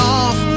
off